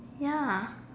ya